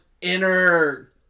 inner